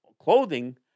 clothing